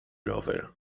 rower